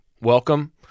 welcome